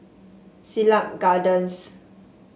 Siglap Gardens